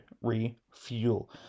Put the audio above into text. refuel